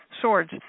swords